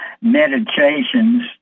meditations